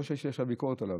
לא שיש לי עכשיו ביקורת עליו.